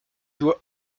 doit